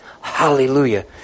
Hallelujah